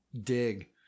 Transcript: dig